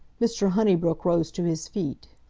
mr. honeybrook rose to his feet.